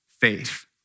faith